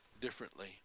differently